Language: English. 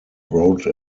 wrote